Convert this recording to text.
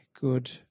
good